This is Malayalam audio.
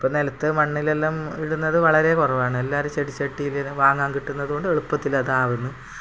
ഇപ്പം നിലത്ത് മണ്ണിലെല്ലാം നടുന്നത് വളരെ കുറവാണ് എല്ലാവരും ചെടി ചട്ടീൽ വാങ്ങാൻ കിട്ടുന്നത് കൊണ്ട് എളുപ്പത്തിൽ അതാവുന്നു